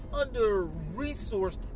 under-resourced